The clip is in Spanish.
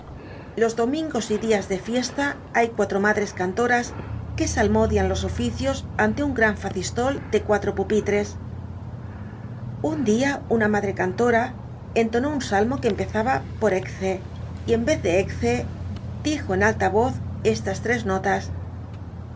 los domingos y dias de fiesta hay cuatro madres cantoras que salmodian los oficios ante un gran facistol de cuatro pupitres un dia una madre cantora entonó un salmo que empezaba por ecce y en vez de ecce dijo en alta voz estas tres notas